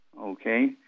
okay